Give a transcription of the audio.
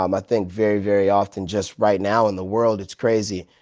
um i think very, very often just right now in the world it's crazy.